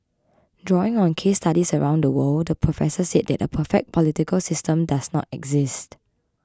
drawing on case studies around the world the professor said that a perfect political system does not exist